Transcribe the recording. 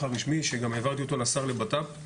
הרשמי שגם העברתי לשר לביטחון פנים.